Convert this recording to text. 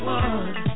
one